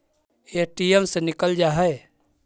ATM से निकल जा है?